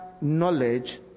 knowledge